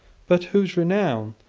but whose renown,